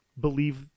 believe